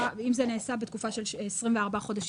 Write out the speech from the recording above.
אם זה נעשה בתקופה של כ-24 חודשים.